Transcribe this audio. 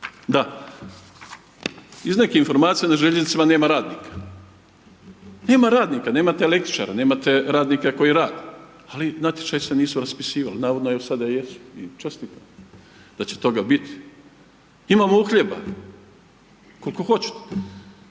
Da, iz nekih informacija na željeznicama nema radnika, nema radnika, nemate električara, nemate radnika koji rade, ali natječaji se nisu raspisivali, navodno evo sada jesu i čestitam da će toga biti. Imamo uhljeba koliko hoćete,